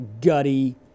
gutty